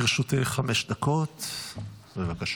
לרשותך חמש דקות, בבקשה.